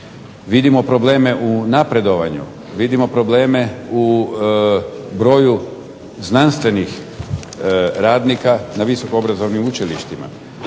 Vidimo probleme u napredovanju, vidimo probleme u broju znanstvenih radnika na visoko obrazovnim učilištima.